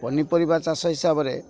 ପନିପରିବା ଚାଷ ହିସାବରେ